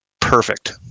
perfect